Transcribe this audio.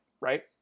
right